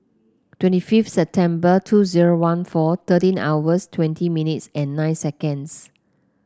twenty fifth September two zero one four thirteen hours twenty minutes and nine seconds